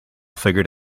figured